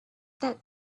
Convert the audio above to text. that